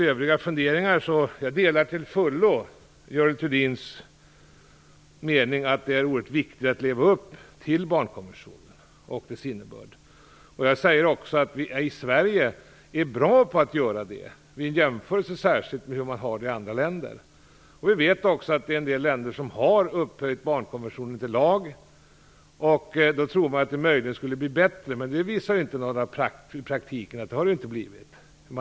Jag delar till fullo Görel Thurdins mening att det är oerhört viktigt att leva upp till barnkonventionen och dess innebörd. Jag säger också att vi i Sverige är bra på att göra det, särskilt i jämförelse med hur man har det i andra länder. Vi vet också att det är en del länder som har upphöjt barnkonventionen till lag. Då tror man att det möjligen skulle bli bättre, men det visar sig i praktiken att det inte har blivit det.